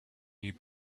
you